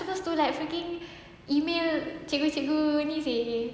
supposed to like freaking email cikgu cikgu ni seh